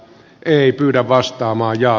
ei kyllä vastaamaan ja